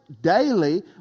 daily